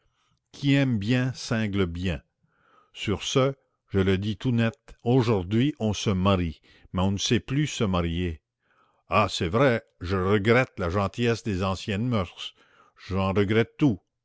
qui aime bien cingle bien sur ce je le dis tout net aujourd'hui on se marie mais on ne sait plus se marier ah c'est vrai je regrette la gentillesse des anciennes moeurs j'en regrette tout